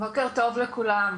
בוקר טוב לכולם.